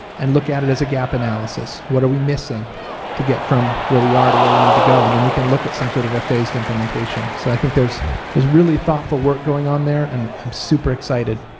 and look at it as a gap analysis. what are we missing missing to get from where we are to where we need to go. and and we can look at some sort of phased implementation so i think there is really thoughtful work going on there and i'm super excited.